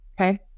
Okay